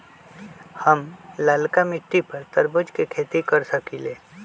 हम लालका मिट्टी पर तरबूज के खेती कर सकीले?